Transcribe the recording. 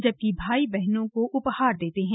जबकि भाई बहनों को तोहफा देते हैं